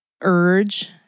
urge